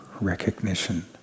recognition